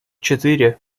четыре